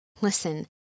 Listen